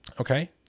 Okay